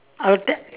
I'll take